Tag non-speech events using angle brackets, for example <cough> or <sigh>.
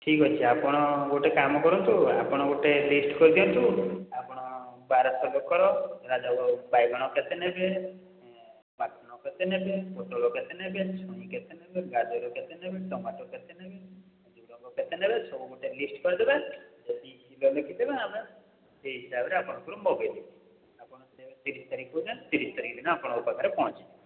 ଠିକ୍ ଅଛି ଆପଣ ଗୋଟେ କାମ କରନ୍ତୁ ଆପଣ ଗୋଟେ ଲିଷ୍ଟ୍ କରି ଦିଅନ୍ତୁ ଆପଣ ବାରଶହ ଲୋକର <unintelligible> ବାଇଗଣ କେତେ ନେବେ <unintelligible> କେତେ ନେବେ ପୋଟଳ କେତେ ନେବେ ଛୁଇଁ କେତେ ନେବେ ଗାଜର କେତେ ନେବେ ଟମାଟୋ କେତେ ନେବେ ଝୁଡ଼ଙ୍ଗ କେତେ ନେବେ ସବୁ ଗୋଟେ ଲିଷ୍ଟ୍ କରି ଦେବେ ଯଦି <unintelligible> ଲେଖି ଦେବେ ଆମେ ସେହି ହିସାବରେ ଆପଣଙ୍କର ମଗାଇ ଦେବୁ ଆପଣ ସେ ତିରିଶ ତାରିଖ କହୁଛନ୍ତି ତିରିଶ ତାରିଖ ଦିନ ଆପଣଙ୍କ ପାଖରେ ପହଞ୍ଚି ଯିବ